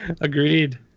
agreed